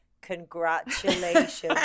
Congratulations